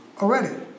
already